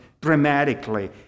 Dramatically